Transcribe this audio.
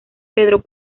pedro